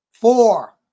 Four